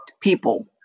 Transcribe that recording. people